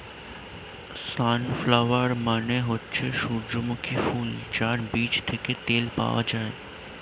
sunflower মানে হচ্ছে সূর্যমুখী ফুল যার বীজ থেকে তেল পাওয়া যায়